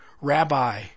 Rabbi